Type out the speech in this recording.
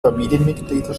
familienmitglieder